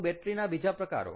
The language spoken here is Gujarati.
તો બેટરી ના બીજા પ્રકારો